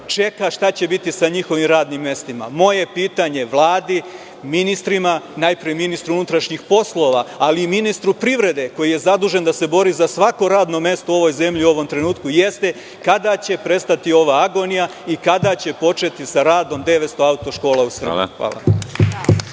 čeka šta će biti sa njihovim radnim mestima. Moje je pitanje Vladi, ministrima, najpre ministru MUP, ali i ministru privrede koji je zadužen da se bori za svako radno mesto u ovoj zemlji u ovom trenutku, jeste kada će prestati ova agonija i kada će početi sa radom 900 auto škola u Srbiji? Hvala.